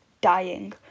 dying